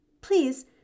please